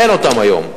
אין היום,